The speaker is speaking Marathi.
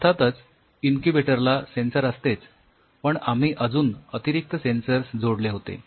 अर्थातच इन्क्युबेटर ला सेंसर असतेच पण आम्ही अजून अतिरिक्त सेन्सर जोडले होते